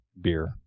beer